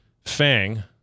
FANG